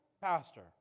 pastor